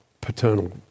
paternal